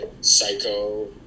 Psycho